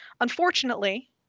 Unfortunately